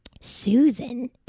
Susan